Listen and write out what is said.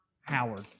Howard